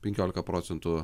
penkiolika procentų